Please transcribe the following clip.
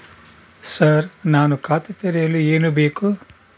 Sir ನಾನು ಖಾತೆ ತೆರೆಯಲು ಏನು ಬೇಕು?